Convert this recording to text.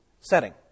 setting